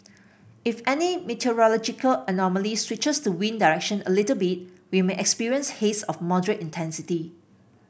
if any meteorological anomaly switches the wind direction a little bit we may experience haze of moderate intensity